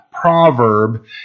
proverb